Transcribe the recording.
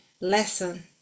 lesson